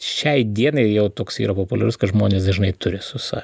šiai dienai jau toks yra populiarus kad žmonės dažnai turi su savim